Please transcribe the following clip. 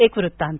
एक वृत्तांत